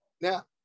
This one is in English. Now